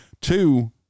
Two